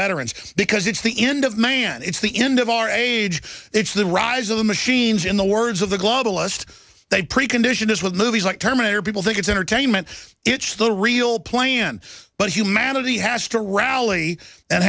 veterans because it's the end of man it's the end of our age it's the rise of the machines in the words of the globalist pre condition is with movies like terminator people think it's entertainment it's the real plan but humanity has to rally